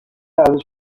ارزش